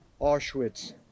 Auschwitz